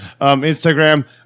Instagram